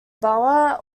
bauer